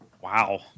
Wow